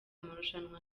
amarushanwa